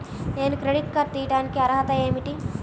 నేను credit card తీయడానికి అర్హత ఏమిటి?